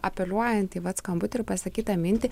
apeliuojant į vat skambutį ir pasakytą mintį